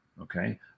okay